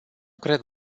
cred